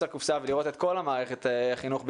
לקופסה ולראות את כל מערכת החינוך בישראל,